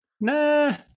Nah